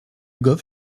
goff